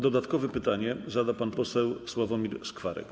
Dodatkowe pytanie zada pan poseł Sławomir Skwarek.